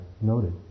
noted